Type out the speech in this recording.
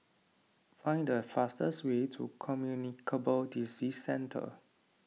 find the fastest way to Communicable Disease Centre